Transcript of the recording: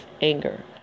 anger